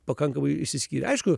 pakankamai išsiskyrę aišku